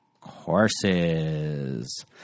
Courses